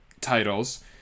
titles